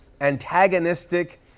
antagonistic